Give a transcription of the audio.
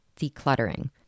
decluttering